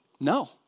No